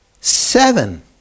seven